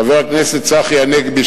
חבר הכנסת צחי הנגבי,